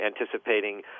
anticipating